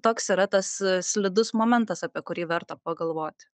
toks yra tas slidus momentas apie kurį verta pagalvoti